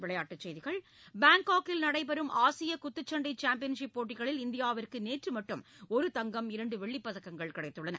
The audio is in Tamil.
விளையாட்டுச் செய்திகள் பாங்காக்கில் நடைபெறும் போட்டிகளில் ஆசியகுத்துச்சண்டைசாம்பியன்சிப் இந்தியாவிற்குநேற்றுமட்டும் ஒரு தங்கம் இரண்டுவெள்ளிப் பதக்கங்கள் கிடைத்துள்ளன